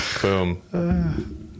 boom